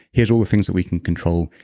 here's all the things that we can control,